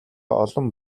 олон